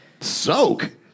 Soak